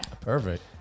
Perfect